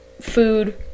food